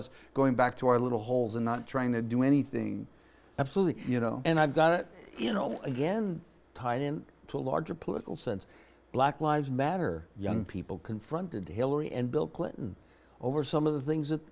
us going back to our little holes and not trying to do anything absolutely you know and i've got you know again tied in to a larger political sense black lives matter young people confronted hillary and bill clinton over some of the things that